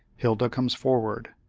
hilda comes forward.